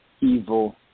evil